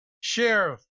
sheriff